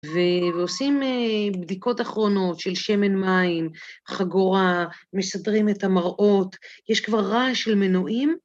ועושים בדיקות אחרונות של שמן מים, חגורה, מסדרים את המראות, יש כבר רעש של מנועים.